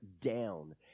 down